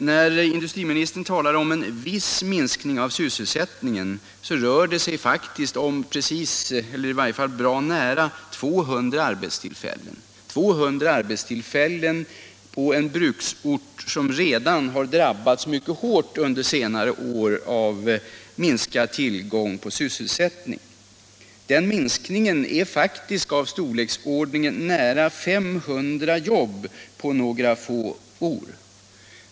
När industriministern talar om en viss minskning av sysselsättningen, rör det sig faktiskt om bra nära 200 arbetstillfällen, detta på en bruksort som redan har drabbats mycket hårt under senare år av minskad tillgång till sysselsättning. Den minskningen är av storleksordningen nära 500 jobb på några få år.